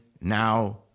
now